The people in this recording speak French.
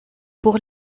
pour